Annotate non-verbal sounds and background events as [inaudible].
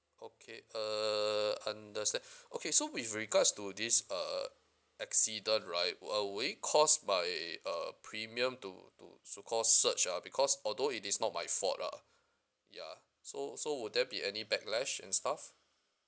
okay err understand [breath] okay so with regards to this uh accident right would uh will it because by uh premium to to so call search ah because although it is not my fault ah ya so so will there be any backlash and stuff